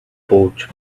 porch